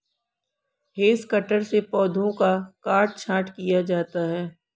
hedge cutter से पौधों का काट छांट किया जाता है